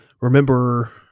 remember